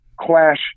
clash